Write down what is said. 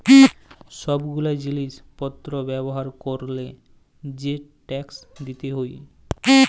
সব গুলা জিলিস পত্র ব্যবহার ক্যরলে যে ট্যাক্স দিতে হউ